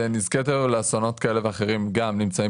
לנזקי טבע ולאסונות כאלה ואחרים גם נמצאים